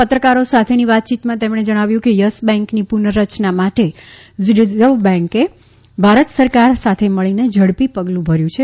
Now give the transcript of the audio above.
પત્રકારો સાથેની વાતચીતમાં તેમણે જણાવ્યું છે કે થસ બેન્કની પુનર્રચના માટે રિઝર્વ બેન્કે ભારત સરકાર સાથે મળીને ઝડપી કદમ ભર્યું છે